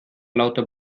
lauter